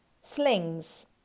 Slings